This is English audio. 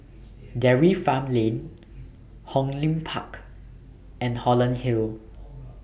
Dairy Farm Lane Hong Lim Park and Holland Hill